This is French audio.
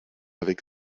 avec